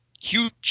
huge